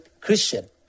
Christian